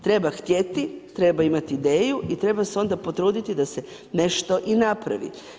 Treba htjeti, treba imati ideju i treba se onda potruditi da se nešto i napravi.